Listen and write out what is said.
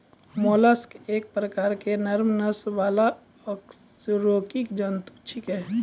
mollusc एक प्रकार के नरम नस वाला अकशेरुकी जंतु छेकै